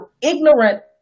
ignorant